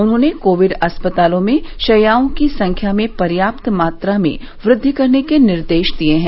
उन्होंने कोविड अस्पतालों में शैयाओं की संख्या में पर्याप्त मात्रा में वृद्धि करने के निर्देश दिये हैं